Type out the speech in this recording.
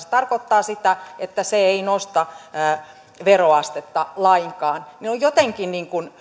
se tarkoittaa sitä että se ei nosta veroastetta lainkaan on jotenkin